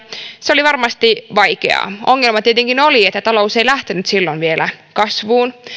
se oli varmasti vaikeaa ongelma tietenkin oli että talous ei lähtenyt silloin vielä kasvuun